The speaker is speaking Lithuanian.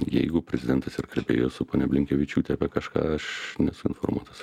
jeigu prezidentas ir kalbėjo su ponia blinkevičiūte apie kažką aš nesu informuotas